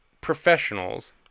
professionals